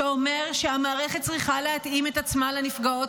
שאומר שהמערכת צריכה להתאים את עצמה לנפגעות